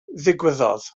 ddigwyddodd